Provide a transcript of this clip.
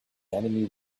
enemy